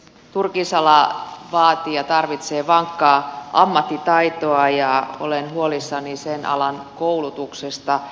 turkisala vaatii ja tarvitsee vankkaa ammattitaitoa ja olen huolissani sen alan koulutuksesta